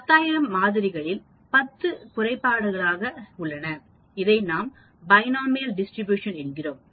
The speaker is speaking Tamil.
10000 மாதிரிகளில் 10 குறைபாடாக உள்ளது இதை நாம் பைனோமியல் டிஸ்ட்ரிபியூஷன் என்கிறோம்